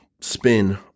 spin